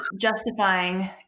justifying